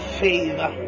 favor